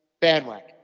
bandwagon